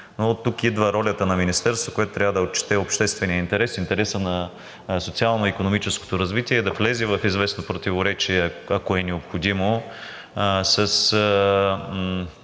Но оттук идва ролята на Министерството, което трябва да отчете обществения интерес, интереса на социално икономическото развитие, да влезе в известно противоречие, ако е необходимо, с